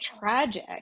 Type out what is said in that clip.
tragic